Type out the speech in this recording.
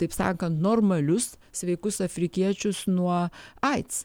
taip sakant normalius sveikus afrikiečius nuo aids